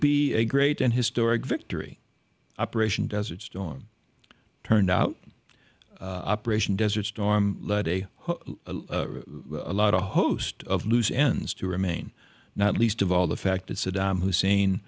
be a great and historic victory operation desert storm turned out operation desert storm led a lot of a host of loose ends to remain not least of all the fact that saddam hussein